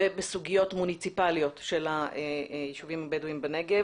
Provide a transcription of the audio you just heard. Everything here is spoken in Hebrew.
ובסוגיות מוניציפליות של הישובים הבדואים בנגב.